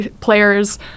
players